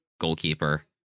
goalkeeper